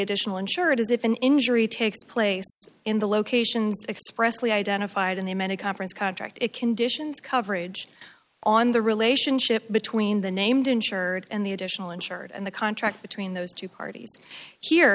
additional insured is if an injury takes place in the location expressly identified in the amended conference contract it conditions coverage on the relationship between the named insured and the additional insured and the contract between those two parties here